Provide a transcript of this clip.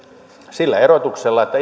sillä erotuksella että